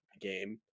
game